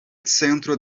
centro